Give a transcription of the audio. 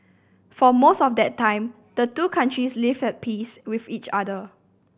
for most of that time the two countries lived at peace with each other